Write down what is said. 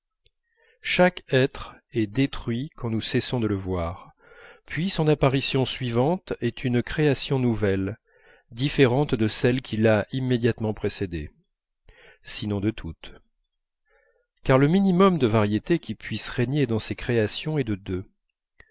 chaque être est détruit quand nous cessons de le voir puis son apparition suivante est une création nouvelle différente de celle qui l'a immédiatement précédée sinon de toutes car le minimum de variété qui puisse régner dans ces créations est de deux